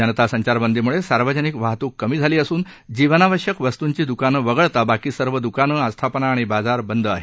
जनता संचारबंदीमुळे सार्वजनिक वाहतूक कमी झाली असून जीवनाश्यक वस्तूंची दुकानं वगळता बाकी सर्व दुकानं आस्थापना आणि बाजार बंद आहेत